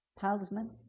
talisman